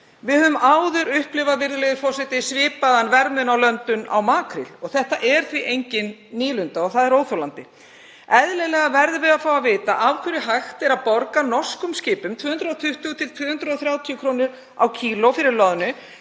Við höfum áður upplifað, virðulegi forseti, svipaðan verðmun í löndun á makríl. Þetta er því engin nýlunda og það er óþolandi. Eðlilega verðum við að fá að vita af hverju hægt er að borga norskum skipum 220–230 kr. á kíló fyrir loðnu